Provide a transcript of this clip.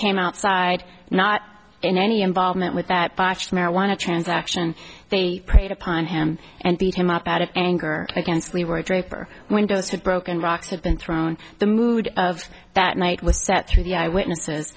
came outside not in any involvement with that botched marijuana transaction they preyed upon him and beat him up out of anger against lee were draper windows had broken rocks had been thrown the mood of that night with set through the eye witnesses